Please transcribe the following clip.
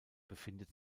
befindet